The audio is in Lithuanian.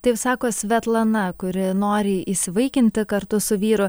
taip sako svetlana kuri nori įsivaikinti kartu su vyru